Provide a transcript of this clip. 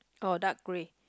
or dark grey